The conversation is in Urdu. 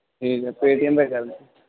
ٹھیک ہے پے ٹی ایم پہ کر